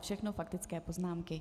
Všechno faktické poznámky.